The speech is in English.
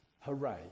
Hooray